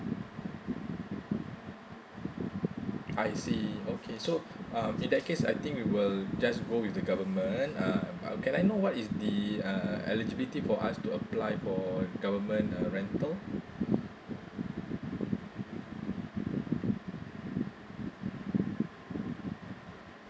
I see okay so um in that case I think we will just go with the government uh can I know what is the uh eligibility for us to apply for government uh rental